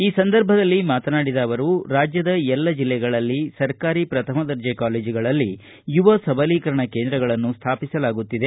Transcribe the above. ಈ ಸಂದರ್ಭದಲ್ಲಿ ಮಾತನಾಡಿದ ಅವರು ರಾಜ್ಯದ ಎಲ್ಲ ಜಿಲ್ಲೆಗಳಲ್ಲಿನ ಲೀಡ್ ಸರ್ಕಾರಿ ಪ್ರಥಮ ದರ್ಜೆ ಕಾಲೇಜುಗಳಲ್ಲಿ ಯುವ ಸಬಲೀಕರಣ ಕೇಂದ್ರಗಳನ್ನು ಸ್ಥಾಪಿಸಲಾಗುತ್ತಿದೆ